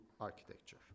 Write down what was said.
architecture